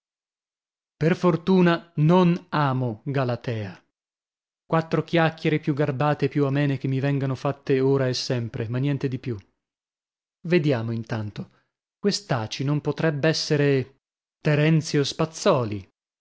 per fortuna non amo galatea quattro chiacchiere più garbate e più amene che mi vengano fatte ora e sempre ma niente di più vediamo intanto quest'aci non potrebb'essere terenzio spazzòli